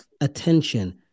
attention